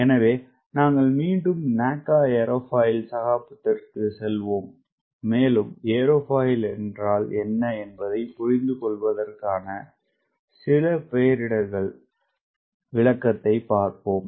எனவே நாங்கள் மீண்டும் NACA ஏரோஃபைல் சகாப்தத்திற்குச் செல்வோம் மேலும் ஏரோஃபாயில் என்றால் என்ன என்பதைப் புரிந்துகொள்வதற்கான சில பெயரிடல்களின் விளக்கத்தைப் பார்ப்போம்